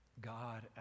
God